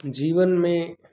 जीवन में